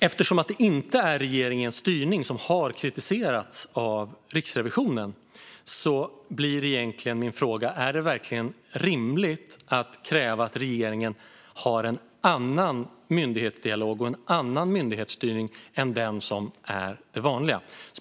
Eftersom det inte är regeringens styrning som har kritiserats av Riksrevisionen undrar jag om det verkligen är rimligt att kräva att regeringen ska ha en annan myndighetsdialog och en annan myndighetsstyrning än den vanliga.